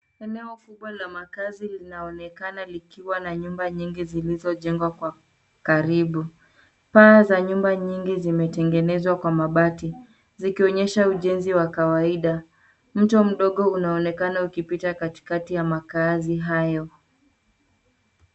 Eneo kubwa la makaazi linaonekana likiwa na nyumba nyingi zilizojengwa kwa karibu. Paa za nyumba nyingi zimetengenezwa kwa mabati zikionyesha ujenzi wa kawaida. Mto mdogo unaonekana ukipita katikati ya makaazi hayo.